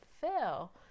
fail